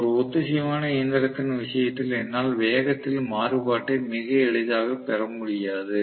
ஒரு ஒத்திசைவான இயந்திரத்தின் விஷயத்தில் என்னால் வேகத்தில் மாறுபாட்டை மிக எளிதாகப் பெற முடியாது